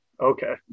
Okay